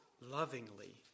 lovingly